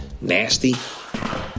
nasty